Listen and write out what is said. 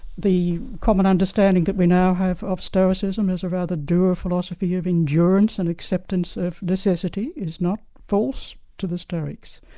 the common understanding that we now have of stoicism is a rather dour philosophy of endurance and acceptance of necessity is not false to the stoics.